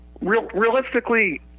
Realistically